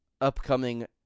upcoming